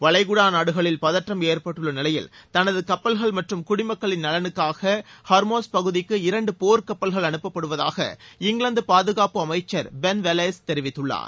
வளைகுடா நாடுகளில் பதற்றம் ஏற்பட்டுள்ள நிலையில் தனது கப்பல்கள் மற்றும் குடிமக்களின் நலனுக்காக ஹர்மாஸ் பகுதிக்கு இரண்டு போர் கப்பல்கள் அனுப்பப்படுவதாக இங்கிவாந்து பாதுகாப்பு அமைச்சர் பென்வெல்லஸ் தெரிவித்துள்ளார்